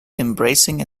embracing